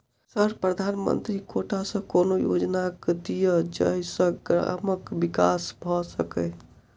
Sir प्रधानमंत्री quota सऽ कोनो योजना दिय जै सऽ ग्रामक विकास भऽ सकै?